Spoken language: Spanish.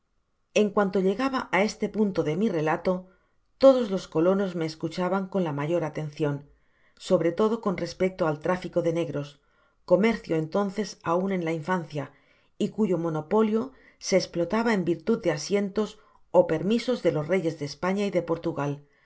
en cuanto llegaba á este punto de mi relato todos los colonos me escuchaban con la mayor atencion sobre todo con respecto al tráfico de negros comercio entonces aun en la infancia y cuyo monopolio so esplotaba en virtud de asientos ó permisos de los reyes de españa y de portugal